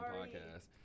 podcast